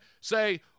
say